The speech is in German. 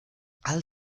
all